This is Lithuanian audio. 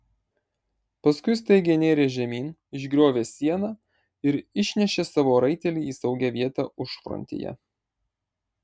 paskui staigiai nėrė žemyn išgriovė sieną ir išnešė savo raitelį į saugią vietą užfrontėje